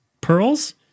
Pearls